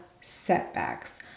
setbacks